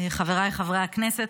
חבריי חברי הכנסת,